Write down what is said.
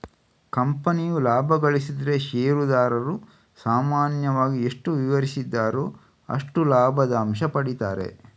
ಕಂಪನಿಯು ಲಾಭ ಗಳಿಸಿದ್ರೆ ಷೇರುದಾರರು ಸಾಮಾನ್ಯವಾಗಿ ಎಷ್ಟು ವಿವರಿಸಿದ್ದಾರೋ ಅಷ್ಟು ಲಾಭದ ಅಂಶ ಪಡೀತಾರೆ